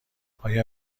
آیا